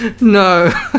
no